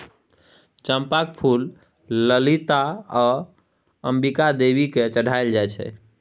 चंपाक फुल ललिता आ अंबिका देवी केँ चढ़ाएल जाइ छै